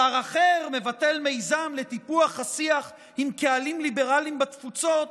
שר אחר מבטל מיזם לטיפוח השיח עם קהלים ליברליים בתפוצות,